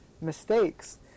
mistakes